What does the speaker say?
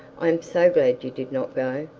i am so glad you did not go.